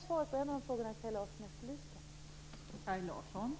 Detta är ett av de svar som Kaj Larsson efterlyste.